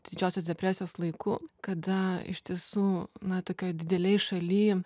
didžiosios depresijos laiku kada iš tiesų na tokioj didelėj šaly